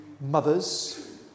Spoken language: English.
mothers